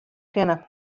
kinne